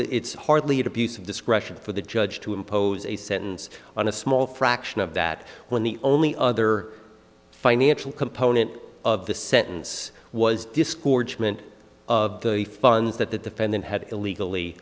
would it's hardly an abuse of discretion for the judge to impose a sentence on a small fraction of that when the only other financial component of the sentence was discord shipment of the funds that the defendant had illegally